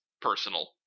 personal